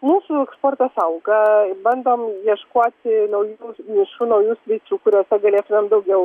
mūsų eksportas auga bandom ieškoti naujų nišų naujų sričių kuriose galėtumėm daugiau